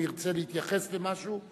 אם ירצה להתייחס למשהו,